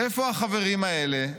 איפה החברים האלה?